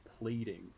pleading